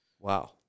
wow